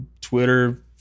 Twitter